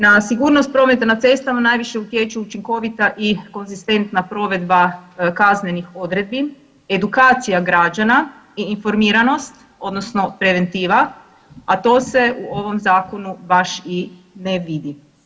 Na sigurnost prometa na cestama najviše utječu učinkovita i konzistentna provedba kaznenih odredbi, edukacija građana i informiranost, odnosno preventiva, a to se u ovom Zakonu baš i ne vidi.